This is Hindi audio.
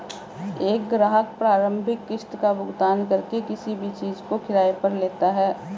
एक ग्राहक प्रारंभिक किस्त का भुगतान करके किसी भी चीज़ को किराये पर लेता है